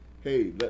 hey